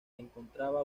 encontraba